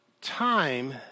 time